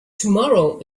tomorrow